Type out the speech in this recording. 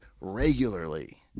regularly